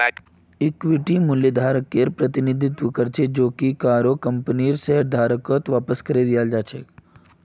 इक्विटीर मूल्यकेर प्रतिनिधित्व कर छेक जो कि काहरो कंपनीर शेयरधारकत वापस करे दियाल् जा छेक